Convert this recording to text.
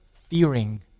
fearing